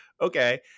okay